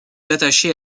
attaché